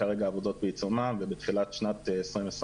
כרגע העבודות בעיצומן ובתחילת שנת 2022